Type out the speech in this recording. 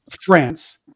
France